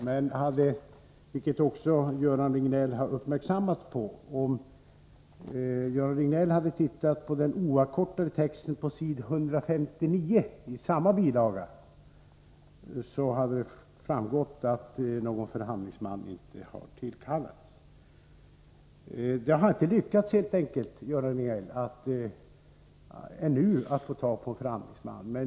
Men om Göran Riegnell — vilket han har uppmärksammats på — hade läst den oavkortade texten på s. 159 i samma bilaga, hade han funnit att det där framgår att någon förhandlingsman inte har tillkallats. Vi har helt enkelt, Göran Riegnell, ännu inte lyckats få tag på en förhandlingsman.